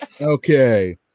Okay